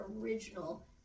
original